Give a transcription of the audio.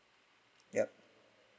yup